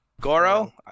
Goro